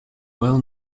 well